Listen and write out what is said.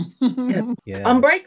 Unbreakable